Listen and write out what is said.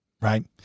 Right